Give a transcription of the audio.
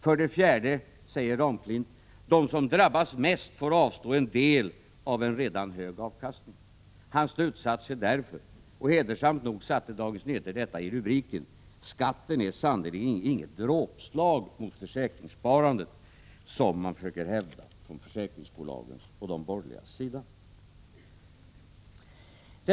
För det fjärde säger Ramklint att de som drabbas mest får avstå en del av en redan hög avkastning. Hans slutsats är därför — och hedrande nog satte Dagens Nyheter detta i rubriken — att skatten sannerligen inte är något dråpslag mot försäkringssparandet, som man försöker hävda från försäkringsbolagens och de borgerliga partiernas sida.